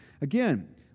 Again